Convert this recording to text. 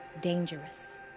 dangerous